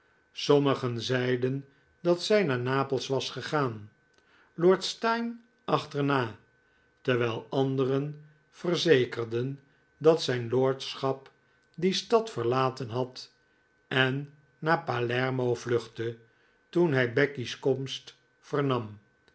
sommigen zeiden dat zij naar napels was gegaan lord steyne achterna terwijl anderen verzekerden dat zijn lordschap die stad verlaten had en naar palermo vluchtte toen hij becky's komst vernam